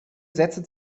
sätze